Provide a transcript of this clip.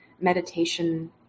meditation